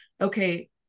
Okay